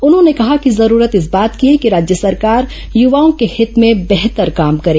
उन्होंने कहा कि जरूरत इस बात की है कि राज्य सरकार यूवाओं के हित में बेहतर काम करें